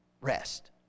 rest